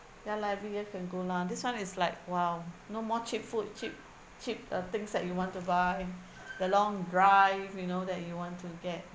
ya library you all can go lah this one is like !wow! no more cheap food cheap cheap uh things that you want to buy the long drive you know that you want to get